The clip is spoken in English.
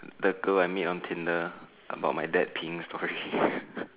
the the girl I mean on tinder about my dad pink story